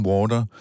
Water